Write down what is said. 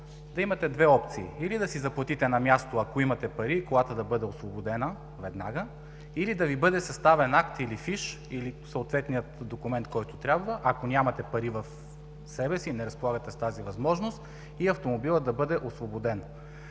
да имате две опции – или да си заплатите на място, ако имате пари, и колата да бъде освободена веднага, или да Ви бъде съставен акт или фиш, или съответният документ, който трябва, ако нямате пари в себе си, не разполагате с тази възможност, и автомобилът да бъде освободен.